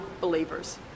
believers